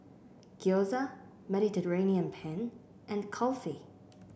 Gyoza Mediterranean Penne and Kulfi